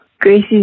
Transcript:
Gracie's